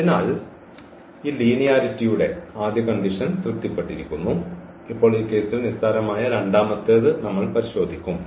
അതിനാൽ ഈ ലിനിയാരിറ്റിയുടെ ആദ്യ കണ്ടീഷൻ തൃപ്തിപ്പെട്ടിരിക്കുന്നു ഇപ്പോൾ ഈ കേസിൽ നിസ്സാരമായ രണ്ടാമത്തേത് നമ്മൾ പരിശോധിക്കും